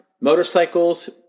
motorcycles